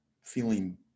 feeling